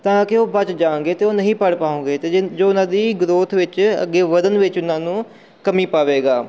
ਤਾਂ ਕਿ ਉਹ ਬਚ ਜਾਣਗੇ ਅਤੇ ਉਹ ਨਹੀਂ ਪੜ੍ਹ ਪਾਓਣਗੇ ਅਤੇ ਜੇ ਜੋ ਉਹਨਾਂ ਦੀ ਗਰੋਥ ਵਿੱਚ ਅੱਗੇ ਵਧਣ ਵਿੱਚ ਉਹਨਾਂ ਨੂੰ ਕਮੀ ਪਾਵੇਗਾ